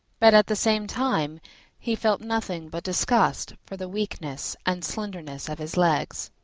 but at the same time he felt nothing but disgust for the weakness and slenderness of his legs.